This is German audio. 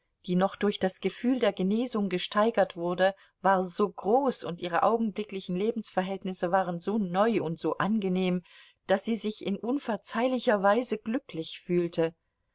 die noch durch das gefühl der genesung gesteigert wurde war so groß und ihre augenblicklichen lebensverhältnisse waren so neu und so angenehm daß sie sich in unverzeihlicher weise glücklich fühlte